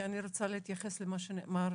אני רוצה להתייחס למה שנאמר,